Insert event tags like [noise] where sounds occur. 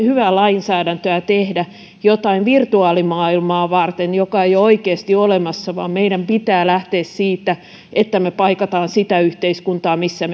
hyvää lainsäädäntöä tehdä jotain virtuaalimaailmaa varten joka ei ole oikeasti olemassa vaan meidän pitää lähteä siitä että me paikkaamme sitä yhteiskuntaa missä [unintelligible]